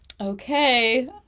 Okay